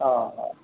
ହଁ ହଁ